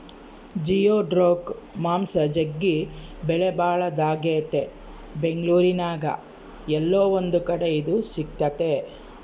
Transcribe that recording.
geoduck ಮಾಂಸ ಜಗ್ಗಿ ಬೆಲೆಬಾಳದಾಗೆತೆ ಬೆಂಗಳೂರಿನ್ಯಾಗ ಏಲ್ಲೊ ಒಂದು ಕಡೆ ಇದು ಸಿಕ್ತತೆ